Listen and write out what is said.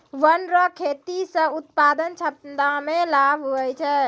वन रो खेती से उत्पादन क्षमता मे लाभ हुवै छै